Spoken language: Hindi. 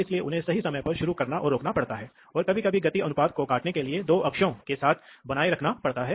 तो ठीक वही है जो यहाँ होता है ठीक यही यहाँ होता है